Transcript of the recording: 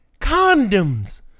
condoms